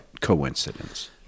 coincidence